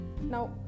Now